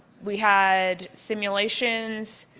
we had simulations.